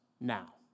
now